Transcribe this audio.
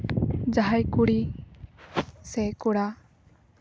ᱡᱟᱦᱟᱸᱭ ᱠᱩᱲᱤ ᱥᱮ ᱠᱚᱲᱟ